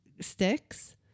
sticks